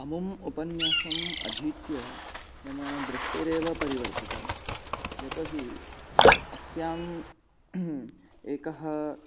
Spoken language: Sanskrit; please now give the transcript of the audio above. अमुम् उपन्यासम् अधीत्य मम दृष्टिरेव परिवर्तिता यतोहि अस्याम् एकः